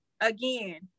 again